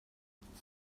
gennych